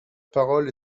parole